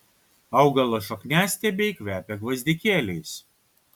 augalo šakniastiebiai kvepia gvazdikėliais